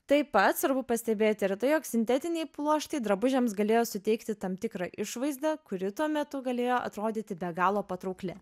taip pat svarbu pastebėti ir tai jog sintetiniai pluoštai drabužiams galėjo suteikti tam tikrą išvaizdą kuri tuo metu galėjo atrodyti be galo patraukli